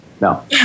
No